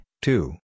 Two